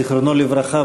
זיכרונו לברכה,